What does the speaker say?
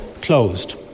closed